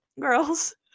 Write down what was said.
girls